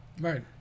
Right